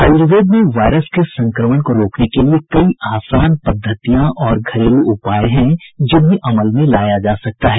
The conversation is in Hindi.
आयुर्वेद में वायरस के संक्रमण को रोकने के लिए के कई आसान पद्धतियां और घरेलू उपाय हैं जिन्हे अमल में लाया जा सकता है